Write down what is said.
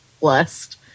blessed